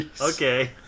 Okay